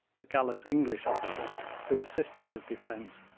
the gallant english officer who assisted the defence,